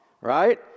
right